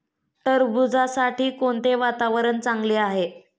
टरबूजासाठी कोणते वातावरण चांगले आहे?